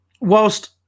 whilst